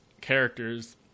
characters